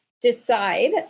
decide